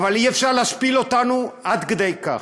אבל אי-אפשר להשפיל אותנו עד כדי כך.